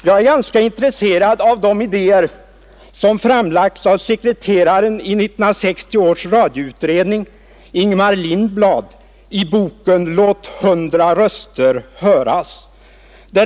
Jag är ganska intresserad av de idéer som framlagts av sekreteraren i 1960 års radioutredning, Ingemar Lindblad, i boken ”Låt hundra röster höras”.